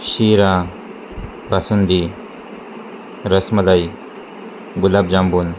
शिरा बासुंदी रसमलाई गुलाबजामुन